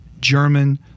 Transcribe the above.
German